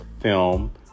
film